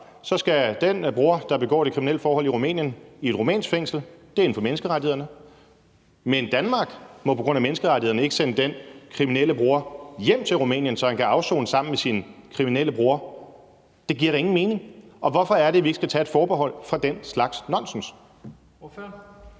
så skal den bror, der begår det kriminelle forhold i Rumænien, i et rumænsk fængsel, og det er inden for menneskerettighederne, men Danmark må på grund af menneskerettighederne ikke sende den anden kriminelle bror hjem til Rumænien, så han kan afsone sammen med sin kriminelle bror. Det giver da ingen mening. Hvorfor er det, at vi ikke skal tage et forbehold for den slags nonsens? Kl.